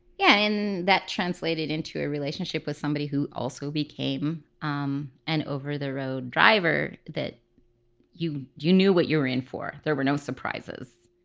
yeah. and that translated into a relationship with somebody who also became an um and over the road driver that you you knew what you were in for, there were no surprises.